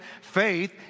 Faith